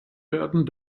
werden